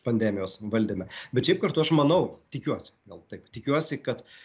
pandemijos valdyme bet šiaip kartu aš manau tikiuosi gal taip tikiuosi kad